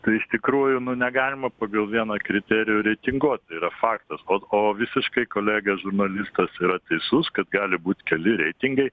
tai iš tikrųjų nu negalima pagal vieną kriterijų reitinguot tai yra faktas o o visiškai kolega žurnalistas yra teisus kad gali būti keli reitingai